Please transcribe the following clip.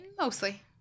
Mostly